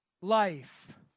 life